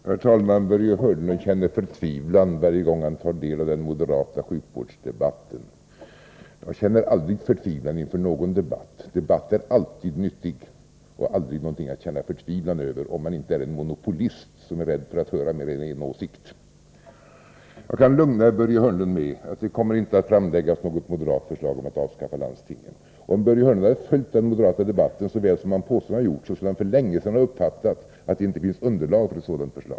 Herr talman! Börje Hörnlund grips av förtvivlan varje gång han tar del av den moderata sjukvårdsdebatten. Jag grips aldrig av förtvivlan, inte i någon debatt. Debatt är alltid någonting nyttigt, aldrig någonting som får en att gripas av förtvivlan — om man nu inte är en monopolist som är rädd för att höra mer än en åsikt. Jag kan lugna Börje Hörnlund genom att säga att vi moderater inte kommer att lägga fram något förslag om ett avskaffande av landstingen. Om Börje Hörnlund hade följt den moderata debatten så väl som han påstår att han gjort, skulle han för länge sedan ha uppfattat att det inte finns underlag för ett sådant förslag.